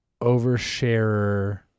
oversharer